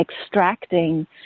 extracting